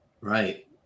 Right